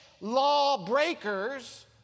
lawbreakers